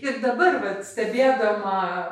ir dabar vat stebėdama